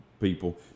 people